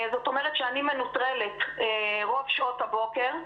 זאת אומרת שאני מנוטרלת רוב שעות הבוקר.